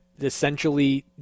essentially